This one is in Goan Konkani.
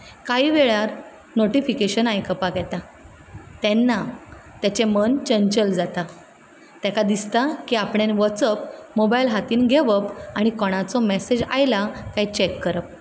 कांय वेळान नोटीफिकेशन आयकपाक येता तेन्ना तेचें मन चंचल जाता तेका दिसता की आपणें वचप मोबायल हातींत घेवप आनी कोणाचो मेसेज आयला कांय चॅक करप